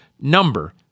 number